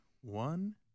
one